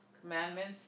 commandments